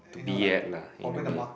to be at lah in a way